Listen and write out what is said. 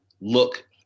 look